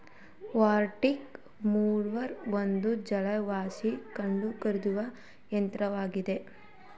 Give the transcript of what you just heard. water mower ಒಂದು ಜಲವಾಸಿ ಕಳೆ ಕುಯ್ಯುವ ಯಂತ್ರವಾಗಿದೆ